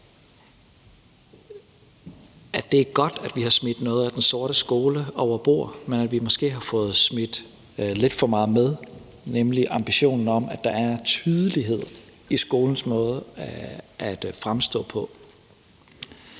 at det er godt, at vi har smidt noget af den sorte skole over bord, men at vi måske har fået smidt lidt for meget med, nemlig ambitionen om, at der er tydelighed i skolens måde at fremstå på.